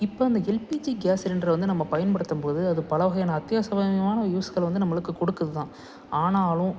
இப்போ அந்த LPG gas சிலிண்ட்ரை வந்து நம்ம பயன்படுத்தும்போது அது பல வகையான அத்தியாவசியமான யூஸ்களை வந்து நம்மளுக்கு கொடுக்குதுதான் ஆனாலும்